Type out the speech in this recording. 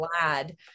glad